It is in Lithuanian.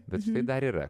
bet štai dar yra